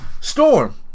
Storm